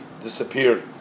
disappeared